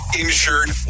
insured